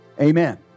Amen